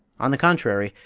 on the contrary,